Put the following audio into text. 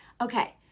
Okay